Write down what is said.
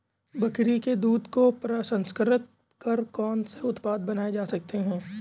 बकरी के दूध को प्रसंस्कृत कर कौन से उत्पाद बनाए जा सकते हैं?